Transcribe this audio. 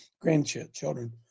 grandchildren